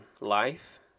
life